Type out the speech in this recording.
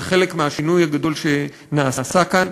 זה חלק מהשינוי הגדול שנעשה כאן.